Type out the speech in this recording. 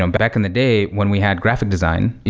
um back in the day, when we had graphic design,